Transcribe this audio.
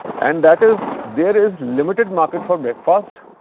and that is, there is limited market for breakfast.